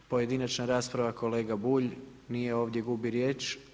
Pojedinačna rasprava, kolega Bulj, nije ovdje gubi riječ.